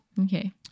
Okay